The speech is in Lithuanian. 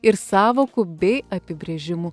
ir sąvokų bei apibrėžimų